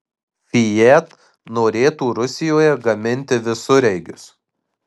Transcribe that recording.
fiat norėtų rusijoje gaminti visureigius